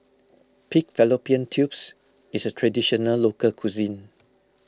Pig Fallopian Tubes is a Traditional Local Cuisine